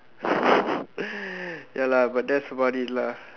ya lah but that's about it lah